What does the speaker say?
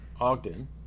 Ogden